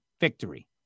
victory